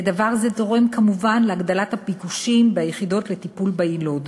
ודבר זה תורם כמובן להגדלת הביקושים ביחידות לטיפול ביילוד.